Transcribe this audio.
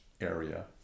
area